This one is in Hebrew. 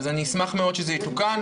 אני אשמח מאוד שזה יתוקן.